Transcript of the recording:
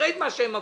ראית מה שהם עברו.